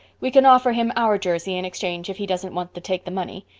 we can offer him our jersey in exchange if he doesn't want to take the money.